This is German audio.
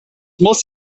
muss